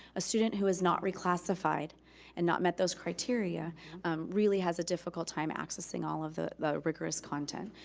a student who is not reclassified and not met those criteria really has a difficult time accessing all of the the rigorous content.